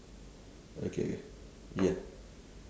okay ya